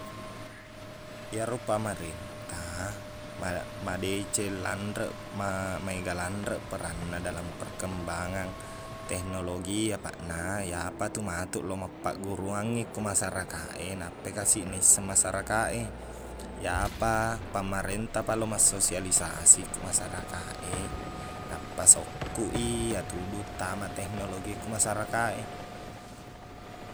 Iyaro pamarenta ma- madeceng lanreq ma- maega lanreq peranna dalam perkembangan teknologi apaqna iyapatu matuq lo mappagguruangngi ko masyarakat e nappai kasiq nisseng masyarakat e iyapa- pamarentapa lao massosialisasi ko masyarakat e nappa sokkuq i iyatuduq tama teknologi e ko masyarakat e